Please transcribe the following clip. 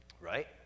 Right